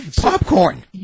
popcorn